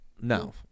no